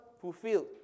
fulfilled